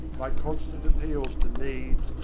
by constant appeals to needs,